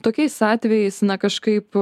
tokiais atvejais na kažkaip